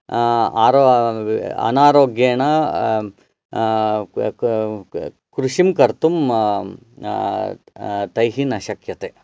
आरो अनारोग्येण कृषिं कर्तुं तैः न शक्यते